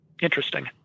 interesting